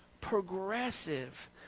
progressive